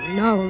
no